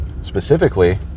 specifically